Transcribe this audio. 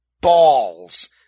balls